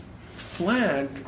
Flag